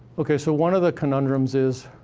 okay, so one of the conundrums is.